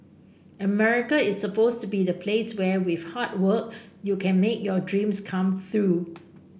America is supposed to be the place where with hard work you can make your dreams come through